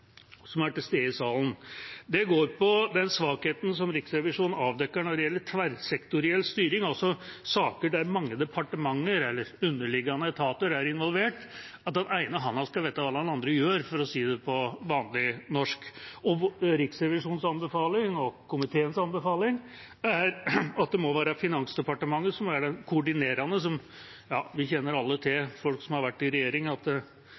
som er til stede i salen. Det går på den svakheten som Riksrevisjonen avdekker når det gjelder tverrsektoriell styring, altså saker der mange departementer eller underliggende etater er involvert – at den ene handa skal vite hva den andre gjør, for å si det på vanlig norsk. Riksrevisjonens og komiteens anbefaling er at det må være Finansdepartementet som er den koordinerende. Alle som har vært i regjering, kjenner til at